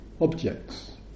objects